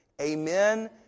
Amen